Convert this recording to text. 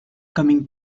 coming